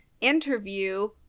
Interview